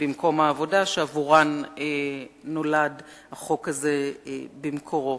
במקום העבודה, שעבורן נולד החוק הזה במקורו.